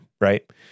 right